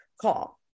call